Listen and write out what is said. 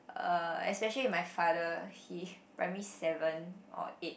uh especially my father he primary seven or eight